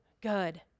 good